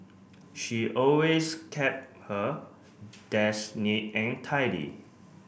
she always kept her desk neat and tidy